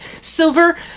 silver